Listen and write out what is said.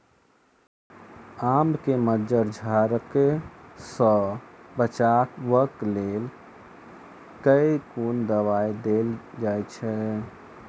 आम केँ मंजर झरके सऽ बचाब केँ लेल केँ कुन दवाई देल जाएँ छैय?